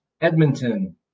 Edmonton